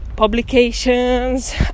publications